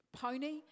pony